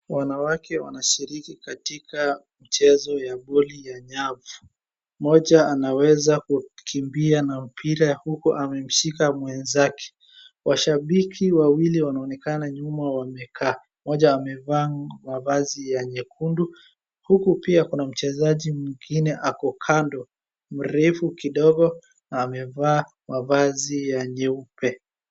Wanawake wanashiriki katika mchezo ya voli ya nyavu. Mmoja anaweza kukimbia na mpira uku amemshika mwenzake. Washambiki wawili wanaonekana nyuma wamekaa. Moja amevaa mavazi ya nyekundu uku pia kuna mchezaji mwingine ako kando mrefu kidogo amevaa mavazi ya nyeupe.